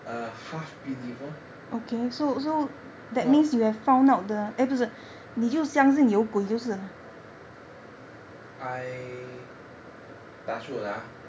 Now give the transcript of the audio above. a half believer I touch wood ah